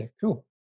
cool